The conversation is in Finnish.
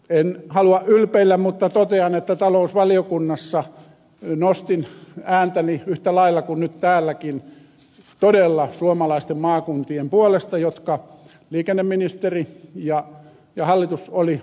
en halua ylpeillä mutta totean että talousvaliokunnassa nostin ääntäni yhtä lailla kuin nyt täälläkin todella suomalaisten maakuntien puolesta jotka liikenneministeri ja hallitus olivat unohtaneet